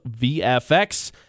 VFX